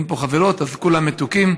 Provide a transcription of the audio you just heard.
אין פה חברות, אז כולם מתוקים.